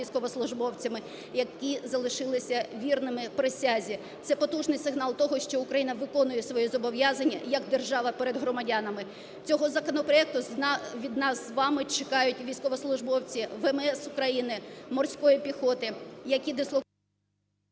військовослужбовцями, які залишися вірними присязі – це потужний сигнал того, що Україна виконує свої зобов'язання як держава перед громадянами. Цього законопроекту від нас з вами чекають військовослужбовці ВМС України, морської піхоти, які…